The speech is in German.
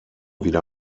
wieder